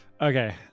okay